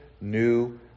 new